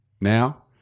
now